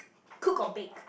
cook or bake